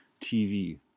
TV